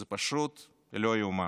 זה פשוט לא יאומן.